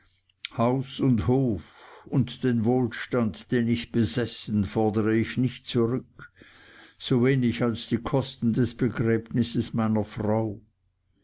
haus und hof und den wohlstand den ich besessen fordere ich nicht zurück so wenig als die kosten des begräbnisses meiner frau